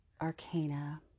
Arcana